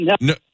no